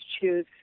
choose